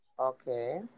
okay